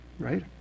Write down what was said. right